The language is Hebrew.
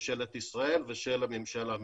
של ממשלת ישראל ושל הממשל האמריקאי.